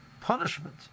punishment